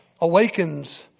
awakens